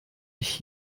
ich